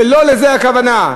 ולא לזה הכוונה.